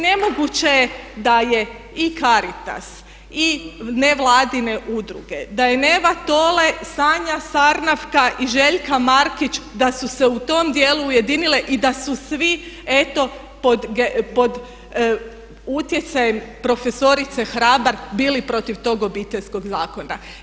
Nemoguće je da je i Caritas i nevladine udruge, da je Neva Tole, Sanja Sarnavka i Željka Markić da su se u tom dijelu ujedinile i da su svi eto pod utjecajem profesorice Hrabar bili protiv tog Obiteljskog zakona.